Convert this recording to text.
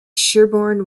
sherborne